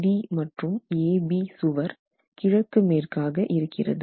CD மற்றும் AB சுவர் கிழக்கு மேற்காக இருக்கிறது